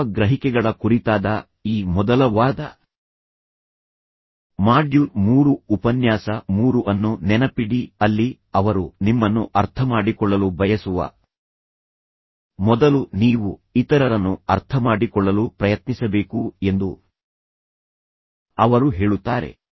ಮಾನವ ಗ್ರಹಿಕೆಗಳ ಕುರಿತಾದ ಈ ಮೊದಲ ವಾರದ ಮಾಡ್ಯೂಲ್ 3 ಉಪನ್ಯಾಸ 3 ಅನ್ನು ನೆನಪಿಡಿ ಅಲ್ಲಿ ಅವರು ನಿಮ್ಮನ್ನು ಅರ್ಥಮಾಡಿಕೊಳ್ಳಲು ಬಯಸುವ ಮೊದಲು ನೀವು ಇತರರನ್ನು ಅರ್ಥಮಾಡಿಕೊಳ್ಳಲು ಪ್ರಯತ್ನಿಸಬೇಕು ಎಂದು ಅವರು ಹೇಳುತ್ತಾರೆ